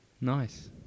Nice